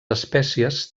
espècies